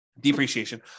depreciation